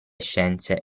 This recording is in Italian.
scienze